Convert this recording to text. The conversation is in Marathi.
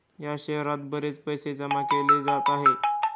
या शहरात बरेच पैसे जमा केले जात आहे